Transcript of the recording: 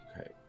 okay